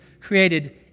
created